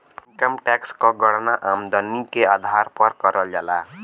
income tax क गणना आमदनी के आधार पर करल जाला